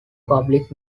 public